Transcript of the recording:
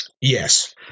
Yes